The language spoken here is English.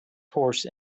horse